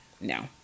No